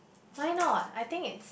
why not I think it's